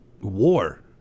war